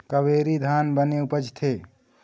कावेरी धान बने उपजथे?